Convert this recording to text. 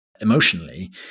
emotionally